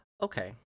Okay